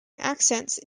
accents